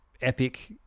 epic